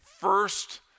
first